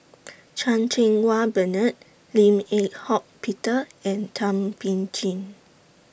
Chan Cheng Wah Bernard Lim Eng Hock Peter and Thum Ping Tjin